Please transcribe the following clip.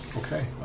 Okay